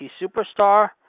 superstar